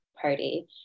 party